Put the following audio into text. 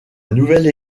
nouvelle